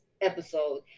episode